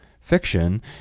fiction